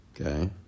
Okay